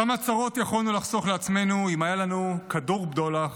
כמה צרות יכולנו לחסוך לעצמנו אם היה לנו כדור בדולח